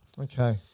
Okay